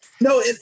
no